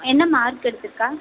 என்ன மார்க் எடுத்திருக்கா